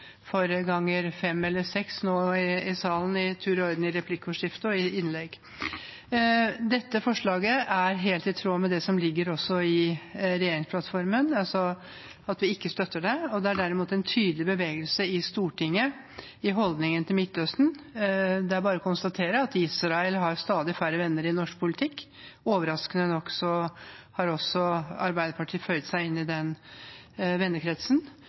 seks ganger i salen nå, i tur og orden i innlegget og i replikkordskiftet. Dette forslaget er helt i tråd med det som ligger i regjeringsplattformen, altså at vi ikke støtter det. Det er derimot en tydelig bevegelse i Stortinget i holdningen til Midtøsten. Det er bare å konstatere at Israel har stadig færre venner i norsk politikk. Overraskende nok har også Arbeiderpartiet føyd seg inn i den